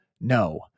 no